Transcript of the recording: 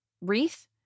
wreath